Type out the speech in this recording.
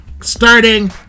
Starting